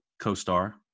co-star